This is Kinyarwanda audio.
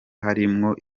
harimwo